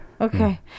Okay